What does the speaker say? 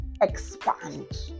expand